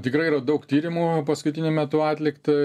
tikrai yra daug tyrimų paskutiniu metu atlikta